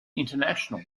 international